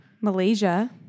Malaysia